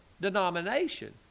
denomination